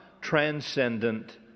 transcendent